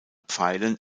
pfeilen